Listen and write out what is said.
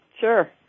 Sure